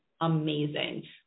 amazing